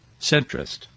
centrist